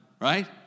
right